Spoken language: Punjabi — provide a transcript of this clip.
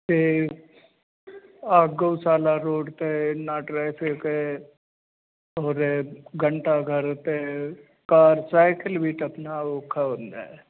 ਤੇ ਆਹ ਗਊਸ਼ਾਲਾ ਰੋਡ ਤੇ ਐਨਾ ਟ੍ਰੈਫਿਕ ਐ ਉਰੇ ਘੰਟਾ ਘਰ ਤੇ ਕਾਰ ਸਾਇਕਲ ਵੀ ਟੱਪਣਾ ਔਖਾ ਹੁੰਦਾ